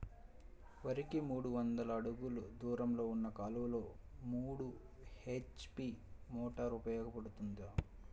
వరికి మూడు వందల అడుగులు దూరంలో ఉన్న కాలువలో మూడు హెచ్.పీ మోటార్ ఉపయోగపడుతుందా?